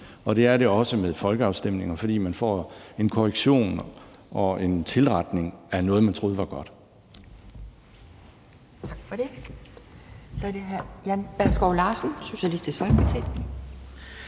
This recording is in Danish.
og det er det også med folkeafstemninger, fordi man får en korrektion og en tilretning af noget, man troede var godt.